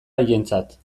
haientzat